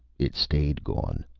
it stayed gone.